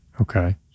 Okay